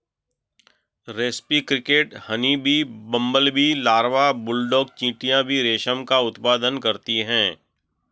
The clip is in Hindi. रेस्पी cricket, honeybee, bumblebee larva, bulldog चींटियां भी रेशम का उत्पादन करती हैं